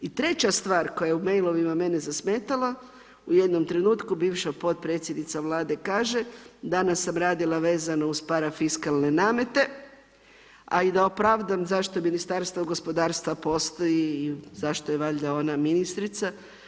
I treća stvar koja je u mailovima mene zasmetala, u jednom trenutku bivša potpredsjednica Vlade kaže, danas sam radila vezano uz parafiskalne namete, a i da opravdam zašto Ministarstvo gospodarstva postoji i zašto je valjda ona ministrica.